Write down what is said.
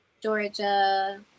Georgia